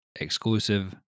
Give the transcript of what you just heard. exclusive